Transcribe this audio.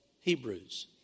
Hebrews